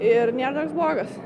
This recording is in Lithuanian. ir nėra toks blogas